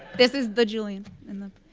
this is the julian in the